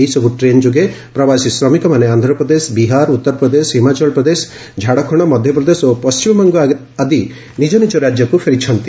ଏହିସବୁ ଟ୍ରେନ୍ ଯୋଗେ ପ୍ରବାସୀ ଶ୍ରମିକମାନେ ଆନ୍ଧ୍ରପ୍ରଦେଶ ବିହାର ଉତ୍ତରପ୍ରଦେଶ ହିମାଚଳ ପ୍ରଦେଶ ଝାଡ଼ଖଣ୍ଡ ମଧ୍ୟପ୍ରଦେଶ ଓ ପଣ୍ଟିମବଙ୍ଗ ଆଦି ନିଜ ନିଜ ରାଜ୍ୟକୁ ଫେରିଛନ୍ତି